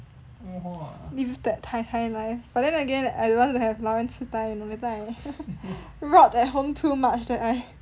live that tai tai life but then again I don't want to have 老人痴呆 you know later I rot at home too much that I